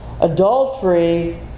Adultery